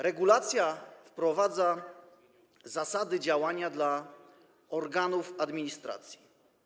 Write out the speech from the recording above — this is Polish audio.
Regulacja wprowadza zasady działania dla organów administracji.